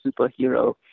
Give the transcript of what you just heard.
superhero